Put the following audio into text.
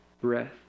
breath